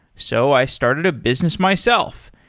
so, i started a business myself,